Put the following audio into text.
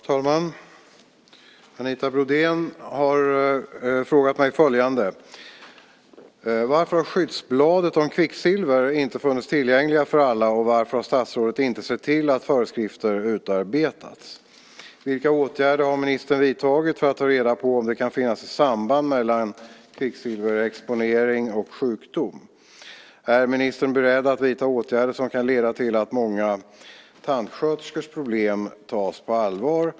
Fru talman! Anita Brodén har frågat mig följande. Varför har skyddsbladet om kvicksilver inte funnits tillgängligt för alla och varför har statsrådet inte sett till att föreskrifter utarbetats? Vilka åtgärder har ministern vidtagit för att ta reda på om det kan finnas ett samband mellan kvicksilverexponering och sjukdom? Är ministern beredd att vidta åtgärder som kan leda till att många tandsköterskors problem tas på allvar?